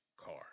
car